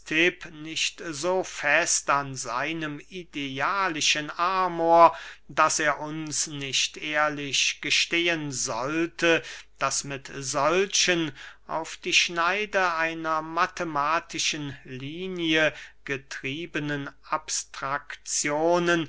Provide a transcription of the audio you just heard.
nicht so fest an seinem idealischen amor daß er uns nicht ehrlich gestehen sollte daß mit solchen auf die schneide einer mathematischen linie getriebenen abstrakzionen